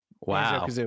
Wow